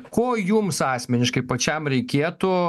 ko jums asmeniškai pačiam reikėtų